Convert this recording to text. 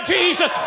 Jesus